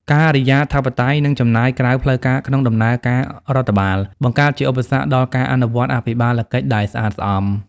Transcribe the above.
ការិយាធិបតេយ្យ និងចំណាយក្រៅផ្លូវការក្នុងដំណើរការរដ្ឋបាល បង្កើតជាឧបសគ្គដល់ការអនុវត្តអភិបាលកិច្ចដែលស្អាតស្អំ។